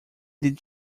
did